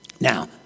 Now